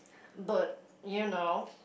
but you know